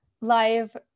Live